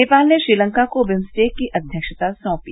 नेपाल ने श्रीलंका को बिम्सटेक की अध्यक्षता सौंपी